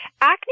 Acne